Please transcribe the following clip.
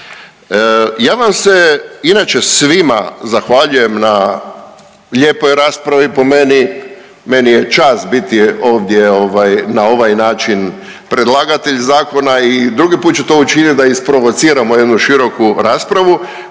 Ja vam se inače svima zahvaljujem na lijepoj raspravi po meni, meni je čast biti ovdje ovaj na ova način predlagatelj zakona i drugi put ću to učiniti da isprovociramo jednu široku raspravu